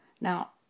Now